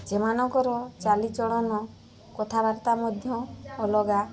ସେମାନଙ୍କର ଚାଲିଚଳନ କଥାବାର୍ତ୍ତା ମଧ୍ୟ ଅଲଗା